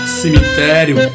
cemitério